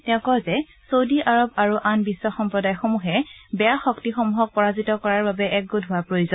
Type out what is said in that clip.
তেওঁ কয় যে টৌদি আৰব আৰু আন বিধ সম্প্ৰদায়সমূহে বেয়া শক্তিসমূহক পৰাজিত কৰাৰ বাবে একগোট হোৱা প্ৰয়োজন